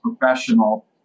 professional